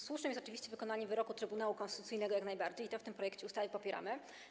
Słuszne jest oczywiście wykonanie wyroku Trybunału Konstytucyjnego, jak najbardziej, i to w tym projekcie ustawy popieramy.